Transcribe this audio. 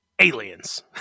Aliens